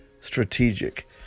strategic